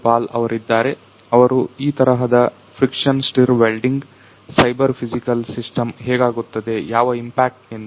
ಪಾಲ್ ಅವರಿದ್ದಾರೆ ಅವರು ಈ ತರಹದ friction stir welding cyber physical system ಹೇಗಾಗುತ್ತದೆ ಯಾವ ಇಂಪ್ಯಾಕ್ಟ್ ನಿಂದ